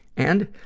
and,